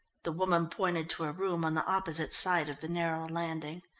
the woman pointed to a room on the opposite side of the narrow landing.